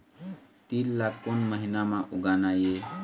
तील ला कोन महीना म उगाना ये?